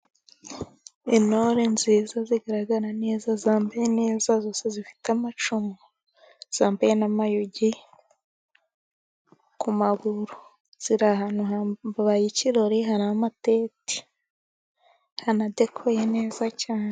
Intore nziza zigaragara neza zambaye neza, zose zifite amacumu zambaye n'amayugi ku maguru, ziri ahantu habaye ikirori, hari amatenti Kandi adekoye neza cyane.